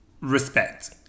Respect